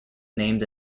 named